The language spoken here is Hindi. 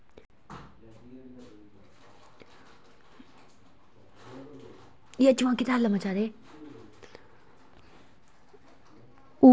ऊसर भूमि को कैसे उपजाऊ बनाया जा सकता है?